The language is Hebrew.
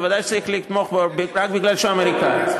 בוודאי צריך לתמוך בו רק בגלל שהוא אמריקני.